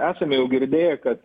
esame jau girdėję kad